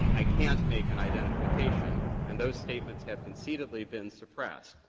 i can't make an identification, and those statements have concededly been suppressed,